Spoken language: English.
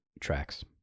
Tracks